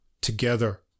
together